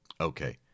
Okay